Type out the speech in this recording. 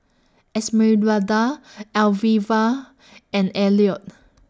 Esmeralda Alvia and Elliot